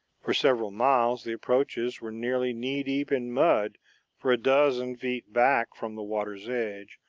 for several miles, the approaches were nearly knee-deep in mud for a dozen feet back from the water's edge,